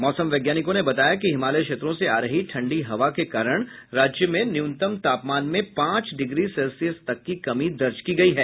मौसम वैज्ञानिकों ने बताया कि हिमालय क्षेत्रों से आ रही ठंडी हवा के कारण राज्य में न्यूनतम तापमान में पांच डिग्री सेल्सियस तक की कमी दर्ज की गयी है